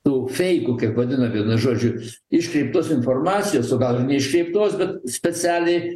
daug feikų kaip vadina vienu žodžiu iškreiptos informacijos o gal ir neiškreiptos bet specialiai